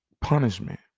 punishment